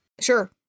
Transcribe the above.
Sure